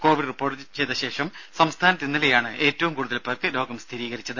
Covid report ചെയ്ത ശേഷം സംസ്ഥാനത്ത് ഇന്നലെയാണ് ഏറ്റവും കൂടുതൽ പേർക്ക് രോഗം സ്ഥിരീകരിച്ചത്